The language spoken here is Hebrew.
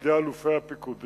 נקבעים לפי זה.